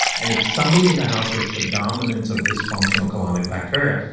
and if somebody in the house has predominance of dysfunctional colonic bacteria,